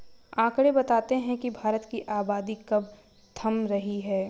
आकंड़े बताते हैं की भारत की आबादी अब थम रही है